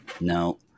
No